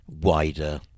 wider